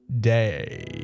Day